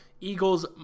Eagles